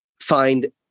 find